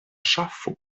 ŝafo